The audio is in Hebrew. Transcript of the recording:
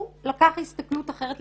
הוא לקח הסתכלו שונה לגמרי.